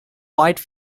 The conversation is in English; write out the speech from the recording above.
wide